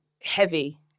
heavy